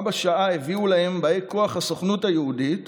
בה בשעה הביאו להם באי כוח הסוכנות היהודית